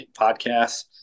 podcasts